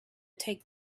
take